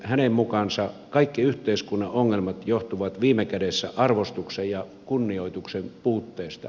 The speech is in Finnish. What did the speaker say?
hänen mukaansa kaikki yhteiskunnan ongelmat johtuvat viime kädessä arvostuksen ja kunnioituksen puutteesta